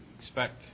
expect